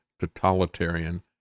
totalitarian